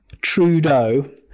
Trudeau